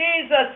Jesus